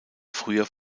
früher